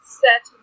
set